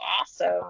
awesome